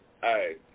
Hey